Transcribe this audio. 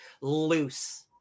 loose